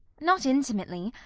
not intimately.